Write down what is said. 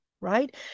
right